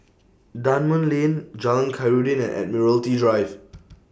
Dunman Lane Jalan Khairuddin and Admiralty Drive